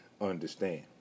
understand